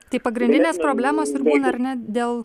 tai pagrindinės problemos ir būna ar ne dėl